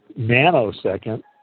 nanosecond